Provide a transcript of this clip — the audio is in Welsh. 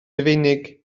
rufeinig